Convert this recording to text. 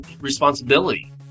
responsibility